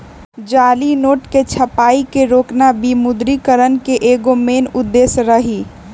जाली नोट के छपाई के रोकना विमुद्रिकरण के एगो मेन उद्देश्य रही